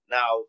Now